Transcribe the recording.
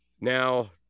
Now